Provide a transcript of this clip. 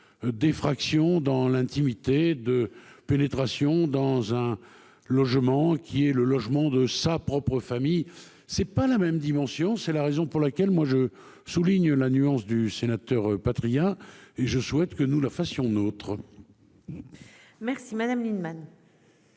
D'effraction dans l'intimité de pénétration dans un logement qui est le logement de sa propre famille. C'est pas la même dimension. C'est la raison pour laquelle moi je souligne la nuance du sénateur Patriat et je souhaite que nous le fassions nôtre. Merci Madame Lienemann.